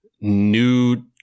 new